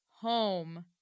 Home